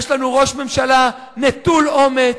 יש לנו ראש ממשלה נטול אומץ,